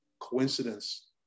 Coincidence